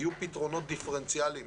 יהיו פתרונות דיפרנציאליים